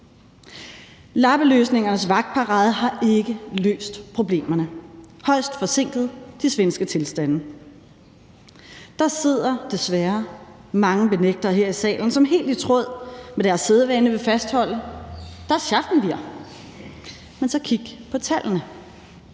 Lappeløsningernes vagtparade har ikke løst problemerne – højst forsinket de svenske tilstande. Der sidder desværre mange benægtere her i salen, som helt i tråd med deres sædvane vil fastholde: Das schaffen wir. Kl. 16:31 Men så kig på tallene.